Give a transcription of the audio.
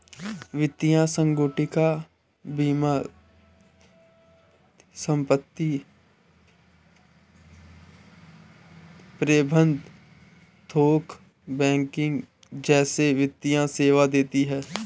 वित्तीय संगुटिका बीमा संपत्ति प्रबंध थोक बैंकिंग जैसे वित्तीय सेवा देती हैं